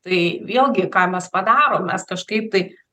tai vėlgi ką mes padarom mes kažkaip tai